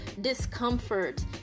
discomfort